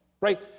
right